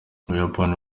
ubuyapani